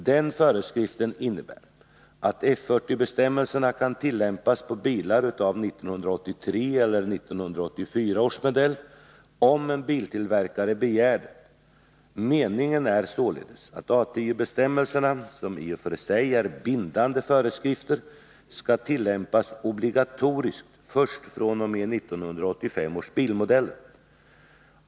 Den föreskriften innebär att F 40-bestämmelserna kan tillämpas på bilar av 1983 eller 1984 års modell, om en biltillverkare begär det. Meningen är således att A 10-bestämmelserna, som i och för sig är bindande föreskrifter, skall tillämpas obligatoriskt först fr.o.m. 1985 års bilmodeller.